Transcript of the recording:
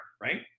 Right